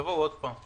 הם יבואו עוד פעם.